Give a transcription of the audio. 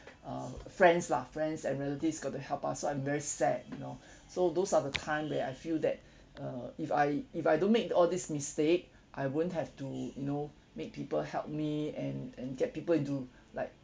err friends lah friends and relatives got to help us so I'm very sad you know so those are the time where I feel that uh if I if I don't make all this mistake I won't have to you know make people help me and and get people into like